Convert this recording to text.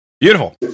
beautiful